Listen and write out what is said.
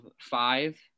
five